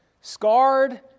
Scarred